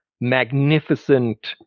magnificent